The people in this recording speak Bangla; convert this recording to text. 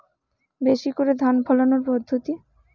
বেশি করে ধান ফলানোর পদ্ধতি?